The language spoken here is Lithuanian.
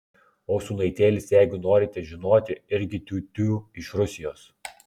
o sūnaitėlis jeigu norite žinoti irgi tiutiū iš rusijos